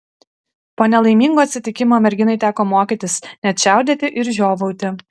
po nelaimingo atsitikimo merginai teko mokytis net čiaudėti ir žiovauti